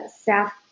staff